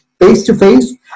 face-to-face